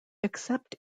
except